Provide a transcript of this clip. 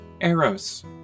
Eros